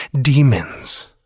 Demons